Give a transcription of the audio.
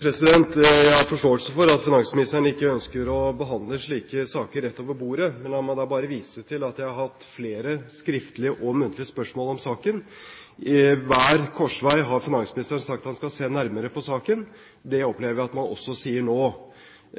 Jeg har forståelse for at finansministeren ikke ønsker å behandle slike saker rett over bordet, men la meg vise til at jeg har hatt flere skriftlige og muntlige spørsmål om saken. Ved hver korsvei har finansministeren sagt at han skal se nærmere på saken. Det opplever jeg at han også sier nå.